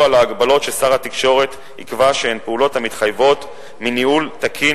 על ההגבלות ששר התקשורת יקבע שהן פעולות המתחייבות מניהול תקין